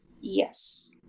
yes